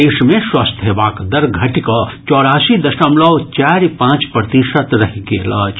देश मे स्वस्थ हेबाक दर घटि कऽ चौरासी दशमलव चारि पांच प्रतिशत रहि गेल अछि